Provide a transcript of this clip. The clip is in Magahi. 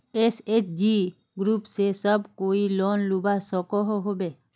एस.एच.जी ग्रूप से सब कोई लोन लुबा सकोहो होबे?